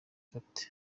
capt